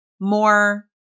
more